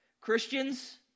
Christians